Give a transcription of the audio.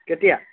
কেতিয়া